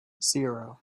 zero